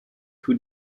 who